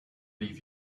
leave